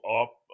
up